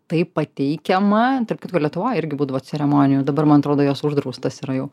tai pateikiama tarp kitko lietuvoj irgi būdavo ceremonijų dabar man atrodo jos uždraustos yra jau